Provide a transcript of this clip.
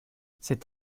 c’est